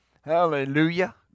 Hallelujah